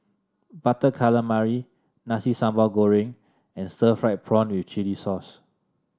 Butter Calamari Nasi Sambal Goreng and Stir Fried Prawn with Chili Sauce